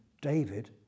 David